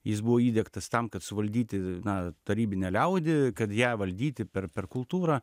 jis buvo įdiegtas tam kad suvaldyti na tarybinę liaudį kad ją valdyti per per kultūrą